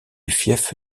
fief